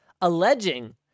alleging